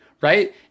right